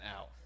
out